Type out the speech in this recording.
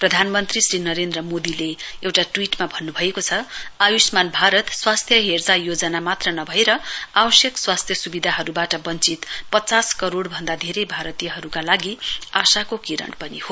प्रधानमन्त्री श्री नरेन्द्र मोदीले एउटा ट्यीट्मा भन्नुभएको छ आयुष्मान भारत स्वास्थ्य हेरचाह योजना मात्र नभएर आवश्यक स्वास्थ्य सुविधाहरूबाट वश्वित पचास करोड़ भन्दा धेरै भारतीयहरूका लागि आशाको किरण हो